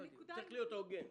צריך להיות הוגן.